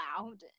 loud